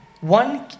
One